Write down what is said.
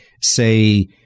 say